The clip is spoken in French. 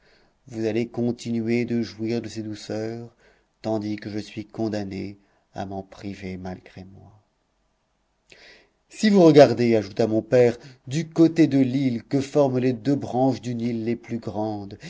vous allez continuer de jouir de ses douceurs tandis que je suis condamné à m'en priver malgré moi si vous regardez ajouta mon père du côté de l'île que forment les deux branches du nil les plus grandes